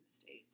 states